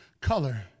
color